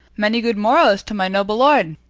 many good morrows to my noble lord!